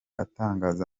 atangaza